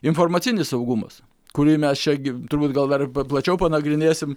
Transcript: informacinis saugumas kurį mes čia gi turbūt gal dar plačiau panagrinėsim